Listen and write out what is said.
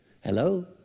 Hello